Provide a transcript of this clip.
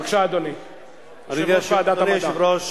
בבקשה, אדוני יושב-ראש